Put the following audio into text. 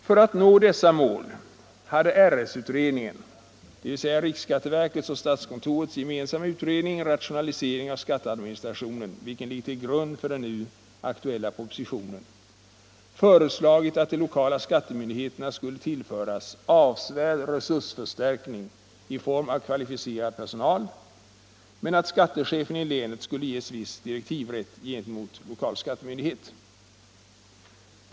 För att nå dessa mål hade RS-utredningen, dvs. riksskatteverkets och statskontorets gemensamma utredning Rationalisering av skatteadministrationen, vilken ligger till grund för den nu aktuella propositionen, föreslagit att de lokala skattemyndigheterna skulle tillföras avsevärd resursförstärkning i form av kvalificerad personal men att skattechefen i länet skulle ges viss direktivrätt gentemot lokal skattemyndighet.